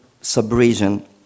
sub-region